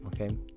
Okay